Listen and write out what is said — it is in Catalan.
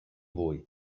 vull